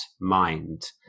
Mind